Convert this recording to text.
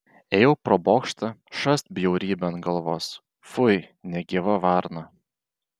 ėjau pro bokštą šast bjaurybė ant galvos fui negyva varna